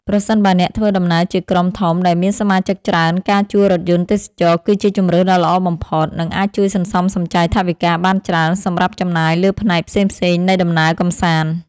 ប្រសិនបើអ្នកធ្វើដំណើរជាក្រុមធំដែលមានសមាជិកច្រើនការជួលរថយន្តទេសចរណ៍គឺជាជម្រើសដ៏ល្អបំផុត និង អាចជួយសន្សំសំចៃថវិកាបានច្រើនសម្រាប់ចំណាយលើផ្នែកផ្សេងៗនៃដំណើរកម្សាន្ត។